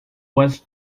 was